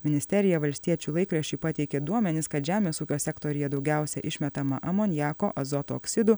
ministerija valstiečių laikraščiui pateikė duomenis kad žemės ūkio sektoriuje daugiausia išmetama amoniako azoto oksidų